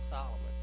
Solomon